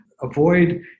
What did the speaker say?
avoid